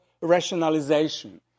rationalization